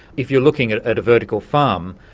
if you're looking at at a vertical farm,